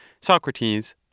Socrates